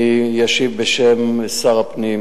אני אשיב בשם שר הפנים